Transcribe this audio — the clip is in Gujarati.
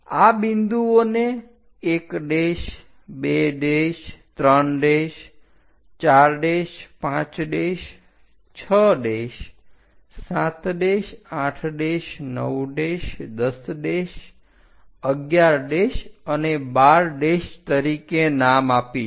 આ બિંદુઓને 1 2 3 4 5 6 7 8 9 10 11 અને 12 તરીકે નામ આપીશું